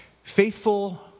Faithful